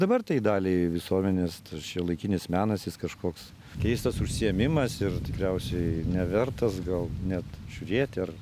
dabar tai daliai visuomenės šiuolaikinis menas jis kažkoks keistas užsiėmimas tikriausiai nevertas gal net žiūrėti ar